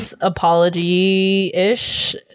apology-ish